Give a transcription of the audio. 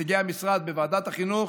נציגי המשרד בוועדת החינוך